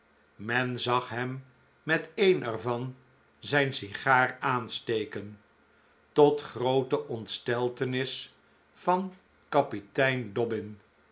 men zag hem met een ervan zijn sigaar aansteken tot groote ontsteltenis van kapitein dobbin